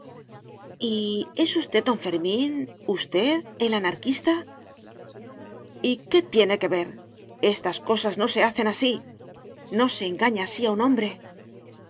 es usted don fermín usted el anarquista y qué tiene que ver estas cosas no se hacen así no se engaña así a un hombre